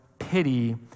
pity